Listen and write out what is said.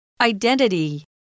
Identity